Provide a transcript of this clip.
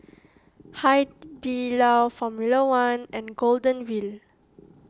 Hai Di Lao formula one and Golden Wheel